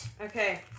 Okay